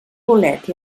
bolet